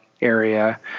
area